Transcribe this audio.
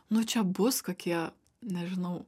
nu čia bus kokie nežinau